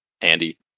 Andy